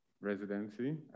residency